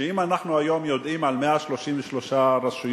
אם אנחנו היום יודעים על 133 רשויות